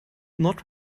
not